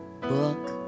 book